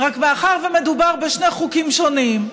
רק מאחר שמדובר בשני חוקים שונים,